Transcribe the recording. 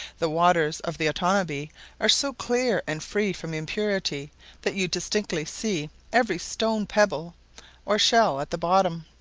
the waters of the otanabee are so clear and free from impurity that you distinctly see every stone-pebble or shell at the bottom.